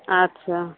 আচ্ছা